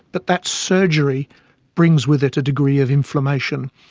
but that surgery brings with it a degree of inflammation,